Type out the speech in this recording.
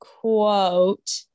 quote